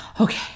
okay